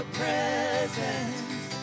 presence